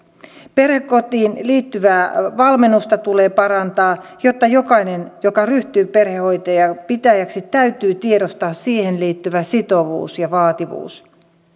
perhekotiin liittyvää valmennusta tulee parantaa jotta jokainen joka ryhtyy perhekodin pitäjäksi tiedostaa siihen liittyvän sitovuuden ja vaativuuden